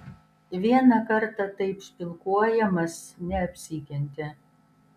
vieną kartą taip špilkuojamas neapsikentė